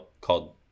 called